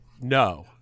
no